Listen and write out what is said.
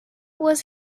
was